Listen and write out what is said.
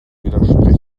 widersprechen